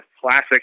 classic